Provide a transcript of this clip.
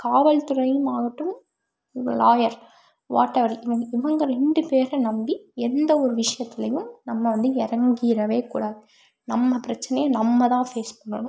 காவல் துறையும் ஆகட்டும் லாயர் வாட் எவர் இவங்க இவங்க ரெண்டு பேரை நம்பி எந்த ஒரு விஷயத்துலையும் நம்ம வந்து இறங்கிறவே கூடாது நம்ம பிரச்சனையை நம்மதான் ஃபேஸ் பண்ணணும்